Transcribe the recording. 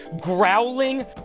growling